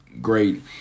great